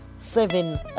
seven